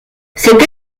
cette